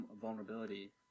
vulnerability